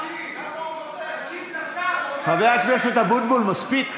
תקשיב לשר, חבר הכנסת אבוטבול, מספיק.